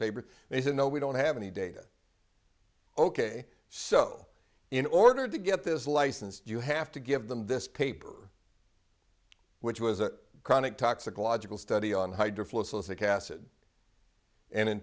and they said no we don't have any data ok so in order to get this license you have to give them this paper which was a chronic toxicological study on